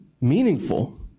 meaningful